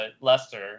Leicester